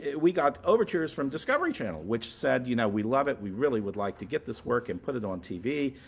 we got overtures from discovery channel, which said you know we love it. we really would like to get this work and put it on tv.